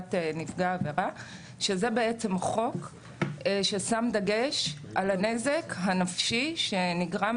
לסביבת נפגע העבירה שזה בעצם חוק ששם דגש על הנזק הנפשי שנגרם